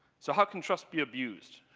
so how can trust be abused?